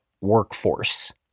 workforce